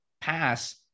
pass